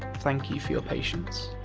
thank you for your patience.